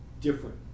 different